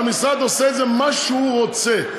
והמשרד עושה עם זה מה שהוא רוצה.